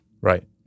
Right